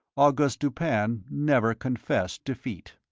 auguste dupin never confessed defeat.